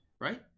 right